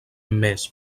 més